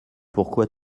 pourquoi